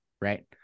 right